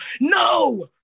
No